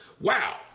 wow